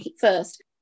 first